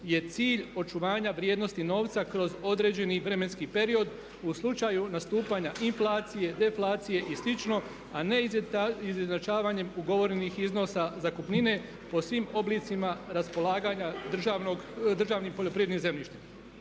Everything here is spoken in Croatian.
je cilj očuvanja vrijednosti novca kroz određeni vremenski period u slučaju nastupanja inflacije, deflacije i slično a ne izjednačavanjem ugovorenih iznosa zakupnine po svim oblicima raspolaganja državnim poljoprivrednim zemljištem